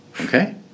Okay